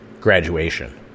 graduation